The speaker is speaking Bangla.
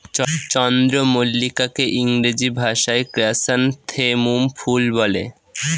চন্দ্রমল্লিকাকে ইংরেজি ভাষায় ক্র্যাসনথেমুম ফুল বলে